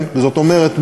זאת אומרת,